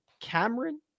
Cameron